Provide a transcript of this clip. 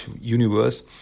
universe